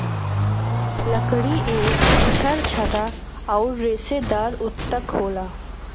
लकड़ी एक झरझरा आउर रेसेदार ऊतक होला